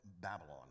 Babylon